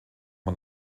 man